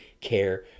care